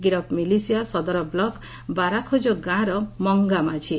ଗିରଫ ମିଲିସିଆ ସଦର ବ୍କ ବାରାଖୋକ ଗାଁର ମଙ୍ଗା ମାଝୀ